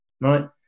right